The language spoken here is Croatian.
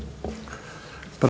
Hvala vam.